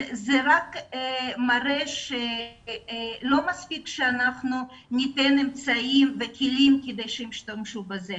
זה מראה שלא מספיק שאנחנו ניתן אמצעים וכלים כדי שישתמשו בהם,